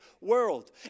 world